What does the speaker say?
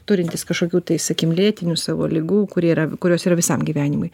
turintys kažkokių tai sakykim lėtinių savo ligų kurie yra kurios yra visam gyvenimui